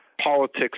politics